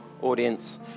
audience